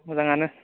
मोजाङानो